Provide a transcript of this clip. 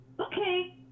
okay